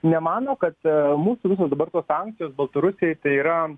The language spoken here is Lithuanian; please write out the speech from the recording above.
nemano kad mūsų visos dabar tos sankcijos baltarusijai tai yra